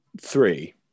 three